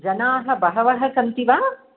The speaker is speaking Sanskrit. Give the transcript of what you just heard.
जनाः बहवः सन्ति वा